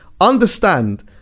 understand